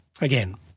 Again